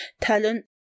talent